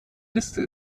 liste